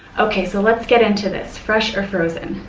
okay, so let's get into this. fresh or frozen?